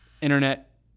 internet